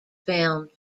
filmed